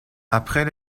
après